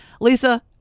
Lisa